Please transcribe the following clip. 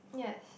yes